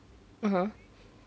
(uh huh)